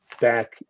back